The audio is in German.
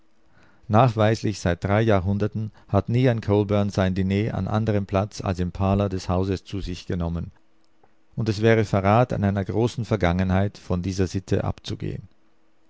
nachweislich seit drei jahrhunderten hat nie ein colburn sein diner an anderem platz als im parlour des hauses zu sich genommen und es wäre verrat an einer großen vergangenheit von dieser sitte abzugehn